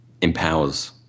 empowers